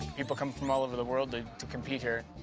people come from all over the world to to compete here.